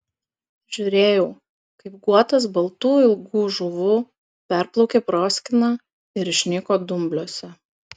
žiūrėjau kaip guotas baltų ilgų žuvų perplaukė proskyną ir išnyko dumbliuose